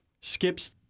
skips